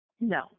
No